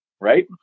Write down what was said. right